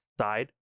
side